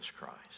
Christ